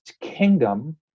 kingdom